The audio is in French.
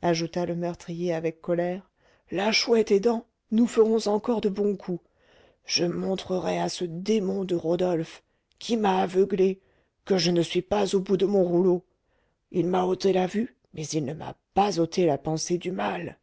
ajouta le meurtrier avec colère la chouette aidant nous ferons encore de bons coups je montrerai à ce démon de rodolphe qui m'a aveuglé que je ne suis pas au bout de mon rouleau il m'a ôté la vue mais il ne m'a pas ôté la pensée du mal